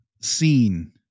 seen